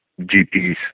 gps